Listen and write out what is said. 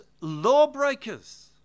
lawbreakers